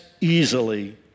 easily